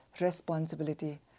responsibility